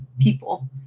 people